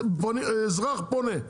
אזרח פונה,